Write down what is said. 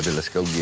let's go